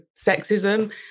sexism